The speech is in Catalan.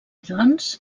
doncs